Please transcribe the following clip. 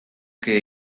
que